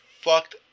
fucked